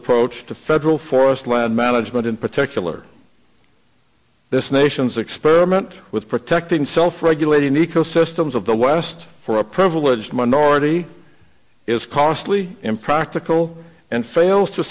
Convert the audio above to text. approach to federal forest land management in particular this nation's experiment with protecting self regulating ecosystems of the west for a privileged minority is costly impractical and fails to